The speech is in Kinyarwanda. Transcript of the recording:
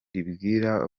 ribwira